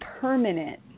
permanent